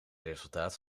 resultaat